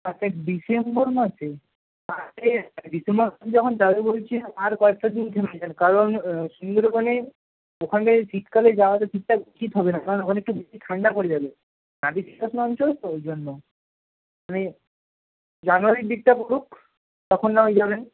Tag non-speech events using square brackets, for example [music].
আচ্ছা ডিসেম্বর মাসে [unintelligible] ডিসেম্বর মাসে যখন যাবে বলছেন আর কয়েকটা দিন [unintelligible] কারণ সুন্দরবনে ওখানে শীতকালে যাওয়াটা ঠিকঠাক উচিত হবে না কারণ ওখানে একটু বেশি ঠান্ডা পড়ে যাবে নাতিশীতোষ্ণ অঞ্চল তো ওই জন্য [unintelligible] জানুয়ারির দিকটা পড়ুক তখন না হয় যাবেন